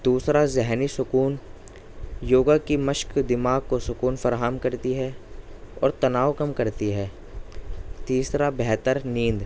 دوسرا ذہنی سکون یوگا کی مشق دماغ کو سکون فراہم کرتی ہے اور تناؤ کم کرتی ہے تیسرا بہتر نیند